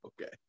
okay